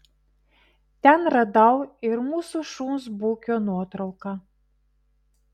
ten radau ir mūsų šuns bukio nuotrauką